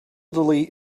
delete